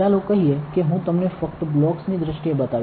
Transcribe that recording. ચાલો કહીએ કે હું તમને ફક્ત બ્લોક્સ ની દ્રષ્ટિએ બતાવીશ